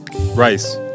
Rice